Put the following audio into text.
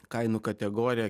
kainų kategorija